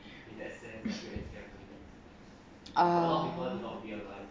ah